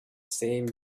same